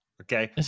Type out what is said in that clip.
Okay